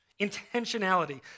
intentionality